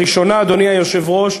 הראשונה, אדוני היושב-ראש,